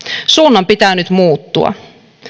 suunnan pitää nyt muuttua